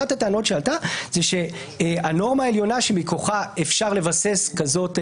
אחת הטענות שעלתה הייתה שהנורמה העליונה שמכוחה אפשר לבסס כזאת ביקורת,